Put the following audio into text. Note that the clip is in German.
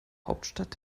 hauptstadt